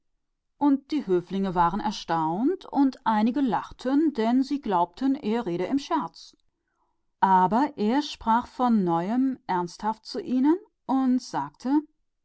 und die höflinge waren entsetzt und einige unter ihnen lachten denn sie glaubten er scherze aber er sprach noch einmal streng zu ihnen und sagte